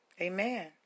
Amen